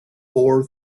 four